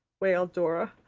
wailed dora.